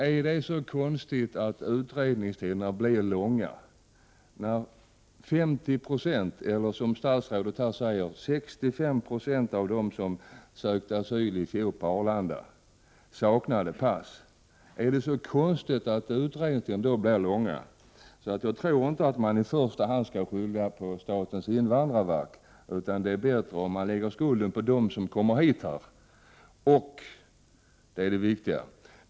Är det så konstigt att utredningstiderna blir långa när 50 96 — eller, som statsrådet här säger, 65 96 — av dem som sökte asyl på Arlanda i fjol saknade pass? Jag tror inte att man i första hand skall skylla på statens invandrarverk. Det är bättre om man lägger skulden på dem som kommer hit.